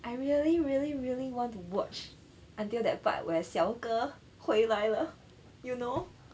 I really really really want to watch until that part where 小哥回来了 you know